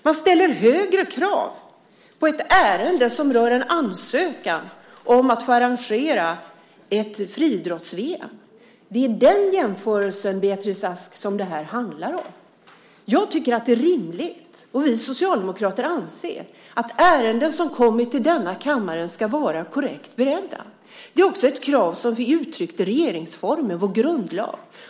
Man ställer högre krav på ett ärende som rör en ansökan om att få arrangera ett friidrotts-VM. Det är den jämförelsen, Beatrice Ask, som det här handlar om. Jag tycker att det är rimligt, och vi socialdemokrater anser, att ärenden som kommer till denna kammare ska vara korrekt beredda. Det är också ett krav som är uttryckt i regeringsformen, vår grundlag.